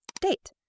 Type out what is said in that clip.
date